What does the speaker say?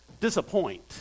disappoint